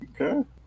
Okay